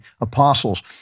apostles